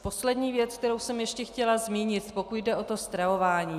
Poslední věc, kterou jsem ještě chtěla zmínit, pokud jde o stravování.